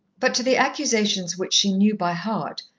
but to the accusations which she knew by heart,